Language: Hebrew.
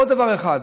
עוד דבר אחד,